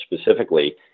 specifically